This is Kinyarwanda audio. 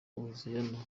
hoziyana